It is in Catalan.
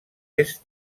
est